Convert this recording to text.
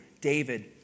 David